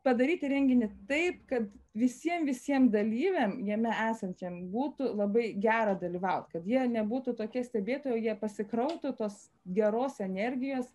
padaryti renginį taip kad visiem visiem dalyviam jame esantiem būtų labai gera dalyvauti kad jie nebūtų tokie stebėtojai jie pasikrautų tos geros energijos